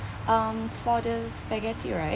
um for the spaghetti right